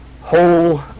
whole